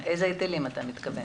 היטלים, איזה היטלים אתה מתכוון?